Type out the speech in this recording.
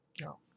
No